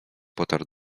potarł